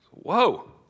Whoa